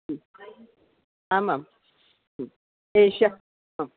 आमां एषः